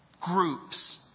groups